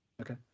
Okay